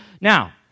Now